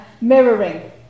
Mirroring